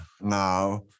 now